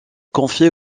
confiée